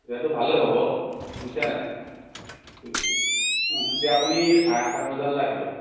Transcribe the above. তেতিয়াতো ভালেই হ'ব বুজিছেনে নাই তেতিয়া আপুনি চাৰে আঠটামান বজাত ওলাই থাকিব